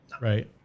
right